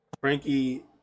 Frankie